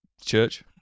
church